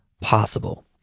possible